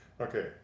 Okay